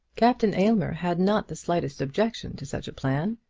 captain aylmer had not the slightest objection to such a plan.